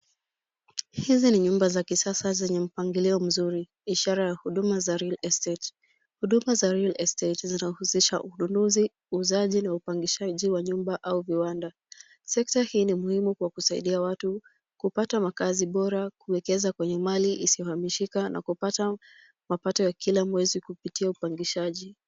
Hizi ni nyumba za kisasa zenye mpangilio mzuri ishara ya huduma za real estate . Huduma za real estate zanahusisha ununuzi uuzaji na upangishaji wa nyumba au viwanda. Sekta hii ni muhimu kwa kusaidia watu kupata makazi bora, kuekeza kwenye mali isiyohamishika na kupata mapata ya kila mwezi kupitia upangishaji.